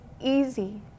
easy